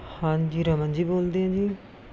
ਹਾਂਜੀ ਰਮਨ ਜੀ ਬੋਲਦੇ ਹੋ ਜੀ